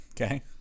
Okay